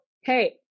hey